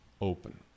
open